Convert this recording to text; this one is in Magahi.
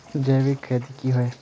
जैविक खेती की होय?